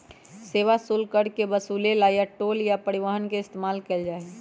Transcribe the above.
सेवा शुल्क कर के वसूले ला टोल या परिवहन के इस्तेमाल कइल जाहई